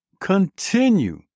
continue